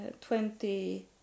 twenty